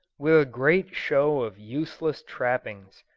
with a great show of useless trappings,